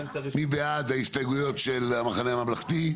מי בעד ההסתייגויות של "המחנה הממלכתי"?